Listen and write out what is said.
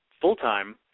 full-time